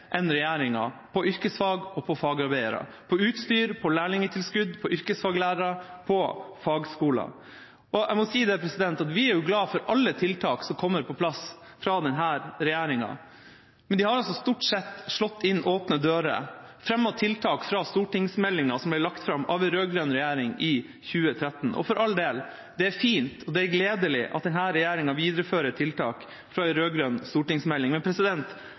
enn regjeringa på yrkesfag og på fagarbeidere, på utstyr, på lærlingtilskudd, på yrkesfaglærere og på fagskoler. Vi er glad for alle tiltak som kommer på plass fra denne regjeringa, men de har stort sett slått inn åpne dører, fremmet tiltak fra stortingsmeldinga som ble lagt fram av en rød-grønn regjering i 2013. For all del: Det er fint, og det er gledelig at denne regjeringa viderefører tiltak fra en rød-grønn stortingsmelding, men